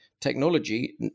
technology